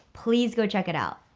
please go check it out.